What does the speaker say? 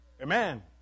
Amen